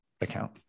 account